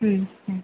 ம் ம்